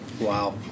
Wow